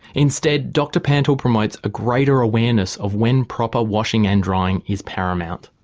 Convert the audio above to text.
instead dr pantle promotes a greater awareness of when proper washing and drying is paramount.